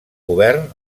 govern